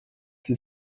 sie